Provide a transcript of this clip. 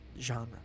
genre